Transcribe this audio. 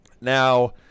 Now